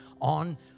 on